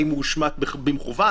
האם הוא הושמט במכוון,